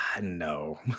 No